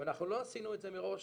אנחנו לא עשינו את זה מראש,